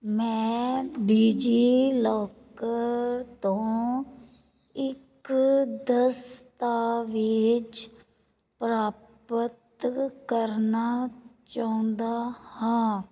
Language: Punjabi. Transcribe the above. ਮੈਂ ਡਿਜੀਲਾਕਰ ਤੋਂ ਇੱਕ ਦਸਤਾਵੇਜ਼ ਪ੍ਰਾਪਤ ਕਰਨਾ ਚਾਹੁੰਦਾ ਹਾਂ